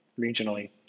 regionally